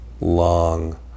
long